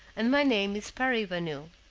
and my name is paribanou.